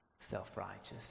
self-righteous